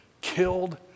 killed